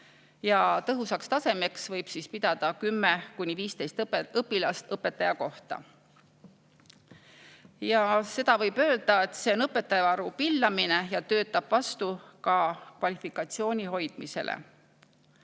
Tõhusaks tasemeks võib pidada 10–15 õpilast õpetaja kohta. Võib öelda, et see on õpetajavaru pillamine ja töötab vastu ka kvalifikatsiooni hoidmisele.